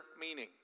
meaning